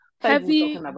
Heavy